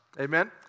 Amen